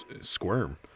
squirm